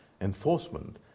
enforcement